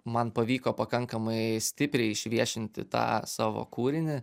man pavyko pakankamai stipriai išviešinti tą savo kūrinį